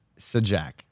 Sajak